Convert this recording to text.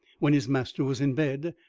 when his master was in bed,